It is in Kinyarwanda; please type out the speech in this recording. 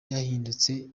yahindutse